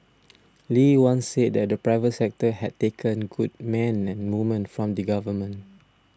Lee once said that the private sector had taken good men and women from the government